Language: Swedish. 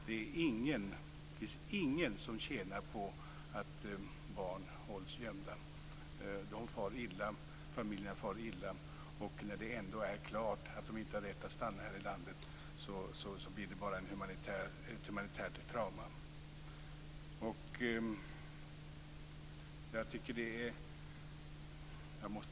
Det finns ingen som tjänar på att barn hålls gömda. De far illa, familjerna far illa, och när det ändå är klart att de inte har rätt att stanna här i landet blir det bara ett humanitärt trauma.